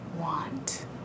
want